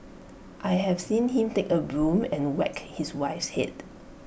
I have seen him take A broom and whack his wife's Head